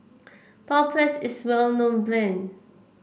Papulex is well known brand